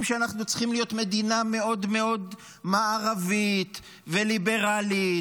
שאנחנו צריכים להיות מדינה מאוד מאוד מערבית וליברלית